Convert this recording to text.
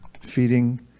feeding